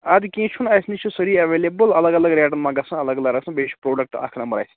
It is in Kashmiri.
اَدٕ کیٚنٛہہ چھُنہٕ اسہِ نِش چھُ سٲری ایٚویلیبٕل الگ الگ ریٹَن منٛز گَژھَن الگ الگ رَسم بیٚیہِ چھُ پرٛوڈَکٹہٕ اَکھ نَمبر اسہِ